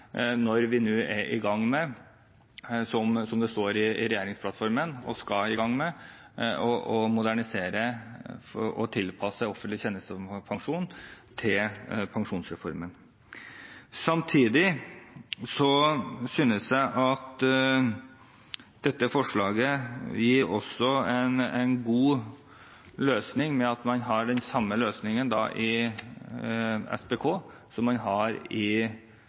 gang med – å modernisere og tilpasse offentlig tjenestepensjon til pensjonsreformen, som det står i regjeringsplattformen. Samtidig synes jeg dette forslaget gir en god løsning ved at man har den samme løsningen i SPK som man har i